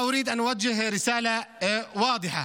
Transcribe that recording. (אומר דברים בשפה הערבית, להלן תרגומם: